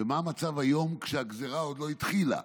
ומה המצב היום, כשהגזרה עוד לא התחילה,